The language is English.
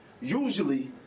Usually